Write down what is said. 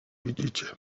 widzicie